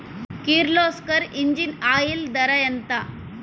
Kirloskar engine oil ధర ఎంత?